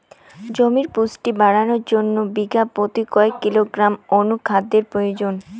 জমির পুষ্টি বাড়ানোর জন্য বিঘা প্রতি কয় কিলোগ্রাম অণু খাদ্যের প্রয়োজন?